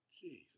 Jesus